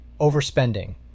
overspending